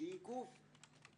שהיא גוף מקצועי,